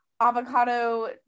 avocado